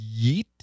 yeet